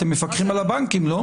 אתם מפקחים על הבנקים, לא?